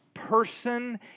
Person